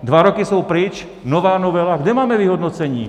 Dva roky jsou pryč, nová novela kde máme vyhodnocení?